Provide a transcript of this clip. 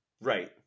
Right